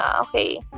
okay